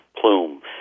plume